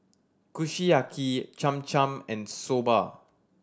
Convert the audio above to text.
Kushiyaki Cham Cham and Soba